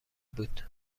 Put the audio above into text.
بود